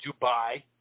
Dubai